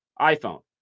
iPhone